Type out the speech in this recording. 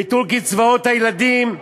ביטול קצבאות הילדים,